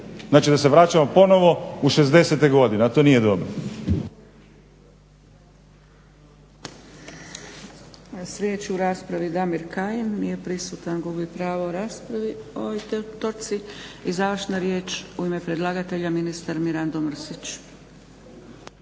Znači da se vraćamo ponovo u '60.-te godine, a to nije dobro.